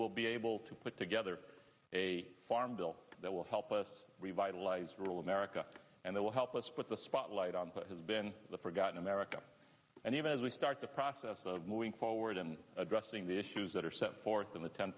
will be able to put together a farm bill that will help us revitalize rural america and they will help us put the spotlight on has been the forgotten america and even as we start the process of moving forward and addressing the issues that are set forth in the te